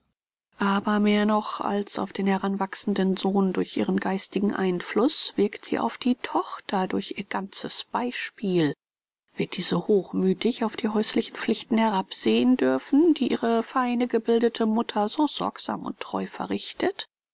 aber mehr noch als auf den heranwachsenden sohn durch ihren geistigen einfluß wirkt sie auf die tochter durch ihr ganzes beispiel wird diese hochmüthig auf die häuslichen pflichten herabsehen dürfen die ihre feine gebildete mutter so sorgsam und treu verrichtet